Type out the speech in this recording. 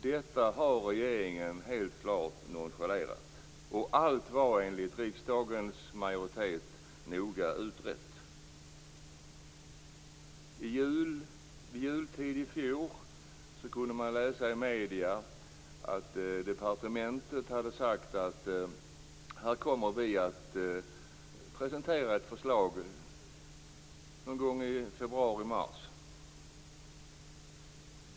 Detta har regeringen helt klart nonchalerat. Allt var enligt riksdagens majoritet noga utrett. Vid jultid i fjor kunde man läsa i medierna att departementet hade sagt att ett förslag kommer att presenteras någon gång i februari mars.